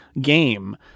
game